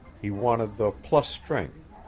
he wanted the plus-strength,